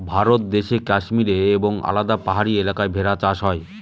ভারত দেশে কাশ্মীরে এবং আলাদা পাহাড়ি এলাকায় ভেড়া চাষ হয়